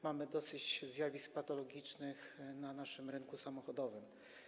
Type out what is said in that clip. Mamy dosyć zjawisk patologicznych na naszym rynku samochodowym.